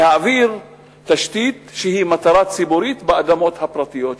להעביר תשתית שהיא מטרה ציבורית באדמות הפרטיות שלהם.